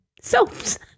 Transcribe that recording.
soaps